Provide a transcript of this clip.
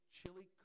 Chili